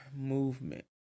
movement